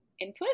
input